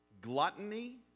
gluttony